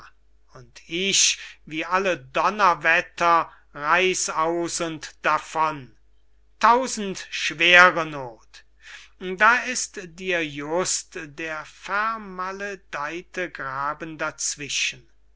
und ich wie alle donnerwetter reiß aus und davon tausend schwernoth da ist dir just der vermaledeyte graben dazwischen